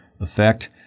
effect